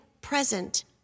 present